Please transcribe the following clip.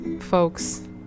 folks